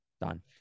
done